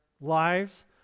lives